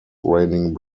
raining